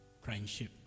friendship